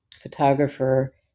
photographer